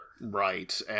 Right